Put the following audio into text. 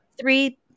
Three